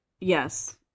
Yes